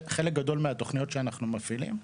חלק גדול מהתוכניות שאנחנו מפעילים,